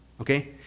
okay